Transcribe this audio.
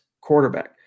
quarterback